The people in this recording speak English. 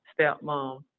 stepmom